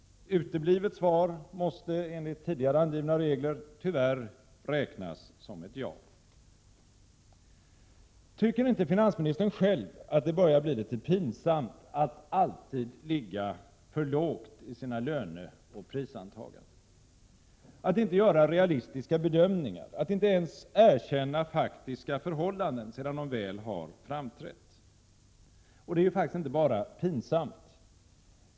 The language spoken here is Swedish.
Uteblivet svar måste — enligt tidigare angivna regler — tyvärr räknas som ett ja. Tycker inte finansministern själv att det börjar bli litet pinsamt att alltid ligga för lågt i sina löneoch prisantaganden, att inte göra realistiska bedömningar eller att inte ens erkänna faktiska förhållanden sedan de väl har framträtt? Det är ju faktiskt inte bara pinsamt.